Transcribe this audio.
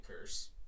curse